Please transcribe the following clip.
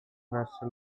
verso